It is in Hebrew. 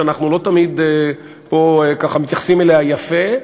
שאנחנו לא תמיד פה מתייחסים אליה יפה: